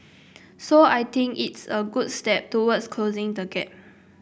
so I think it's a good step towards closing the gap